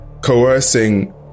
coercing